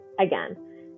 again